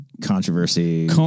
controversy